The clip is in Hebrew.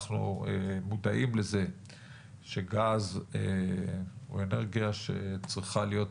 אנחנו מודעים לזה שגז הוא אנרגיה שצריכה להיות